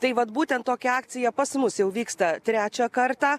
tai vat būtent tokia akcija pas mus jau vyksta trečią kartą